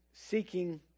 Seeking